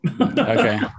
okay